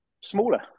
smaller